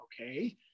Okay